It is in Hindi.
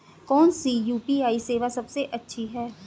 कौन सी यू.पी.आई सेवा सबसे अच्छी है?